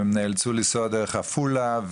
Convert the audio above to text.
והם נאלצו לנסוע דרך עפולה,